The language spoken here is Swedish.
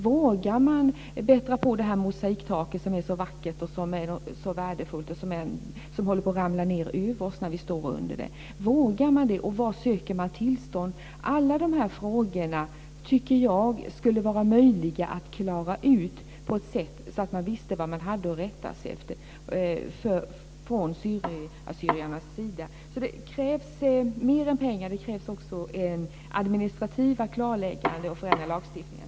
Vågar man bättra på ett vackert mosaiktak som är så vackert och som är så värdefullt och som håller på att ramla ned över oss när vi står under det? Vågar man det, och var söker man tillstånd? Alla dessa frågor tycker jag skulle vara möjliga att klara ut på ett sådant sätt att man visste vad man hade att rätta sig efter från assyriernas sida. Det krävs alltså mer än pengar, och det krävs också administrativa klarlägganden och förändringar av lagstiftningen.